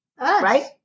right